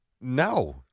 No